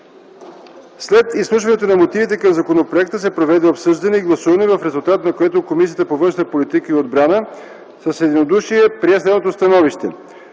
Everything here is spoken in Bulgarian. След изслушването на мотивите към законопроекта се проведе обсъждане и гласуване, в резултат на което Комисията по външна политика и отбрана с единодушие прие следното становище: